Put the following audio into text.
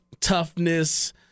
toughness